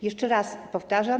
Jeszcze raz powtarzam.